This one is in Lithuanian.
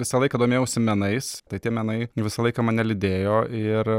visą laiką domėjausi menais tai tie menai visą laiką mane lydėjo ir